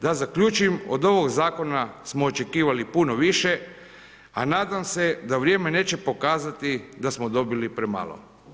Da zaključim od ovog zakona smo očekivali puno više a nadam se da vrijeme neće pokazati da smo dobili premalo.